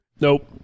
Nope